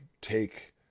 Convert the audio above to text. take